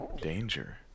Danger